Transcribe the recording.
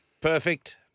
Perfect